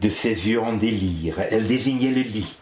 de ses yeux en délire elle désignait le lit